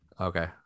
Okay